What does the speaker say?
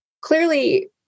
clearly